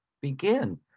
begin